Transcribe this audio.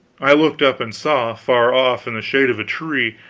i looked up and saw, far off in the shade of a tree,